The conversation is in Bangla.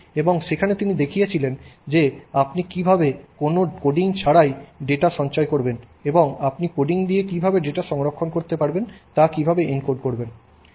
এবং সেখানে তিনি দেখিয়েছিলেন যে আপনি কীভাবে কোনও কোডিং ছাড়াই ডেটা সঞ্চয় করবেন এবং আপনি কোডিং দিয়ে কীভাবে ডেটা সংরক্ষণ করতে পারবেন তা কীভাবে এনকোড করবেন